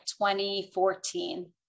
2014